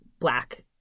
Black